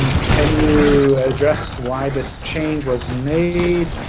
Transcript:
um can you address why this change was made?